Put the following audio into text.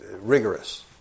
rigorous